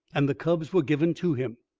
and the cubs were given to him.